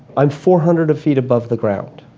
i'm four hundred feet above the ground,